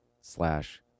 slash